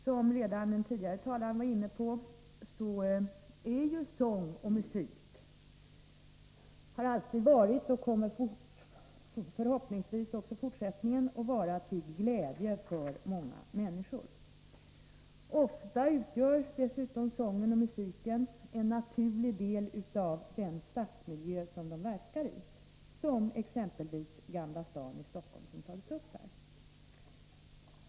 Som redan den tidigare talaren var inne på är ju sång och musik — har alltid varit och kommer förhoppningsvis även i fortsättningen att vara — till glädje för många människor. Ofta utgör dessutom sången och musiken en naturlig deli den stadsmiljö som de verkar i, exempelvis Gamla stan i Stockholm som nu berörs.